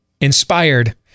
inspired